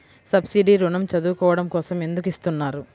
Subsidy ఋణం చదువుకోవడం కోసం ఎందుకు ఇస్తున్నారు?